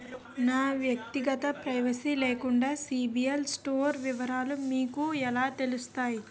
నా వ్యక్తిగత ప్రైవసీ లేకుండా సిబిల్ స్కోర్ వివరాలు మీకు ఎలా తెలుస్తాయి?